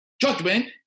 judgment